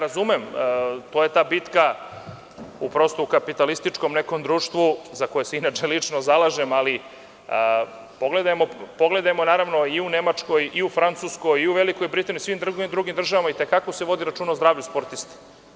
Razumem, to je ta bitka u nekom kapitalističkom društvu, za koje se inače lično zalažem, ali pogledajmo naravno i u Nemačkoj i u Francuskoj i u Velikoj Britaniji i svim drugim državama i te kako se vodi računa o zdravlju sportista.